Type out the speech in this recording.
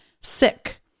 Sick